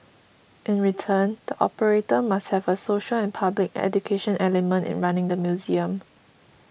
in return the operator must have a social and public education element in running the museum